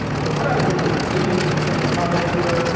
but what i did was i waited and he commented here,